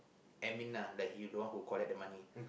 admin lah like he the one who collect the money